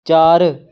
ਚਾਰ